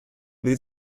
will